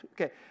Okay